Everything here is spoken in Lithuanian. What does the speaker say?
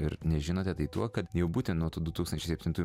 ir nežinote tai tuo kad jau būtent nuo tų du tūkstančiai septintųjų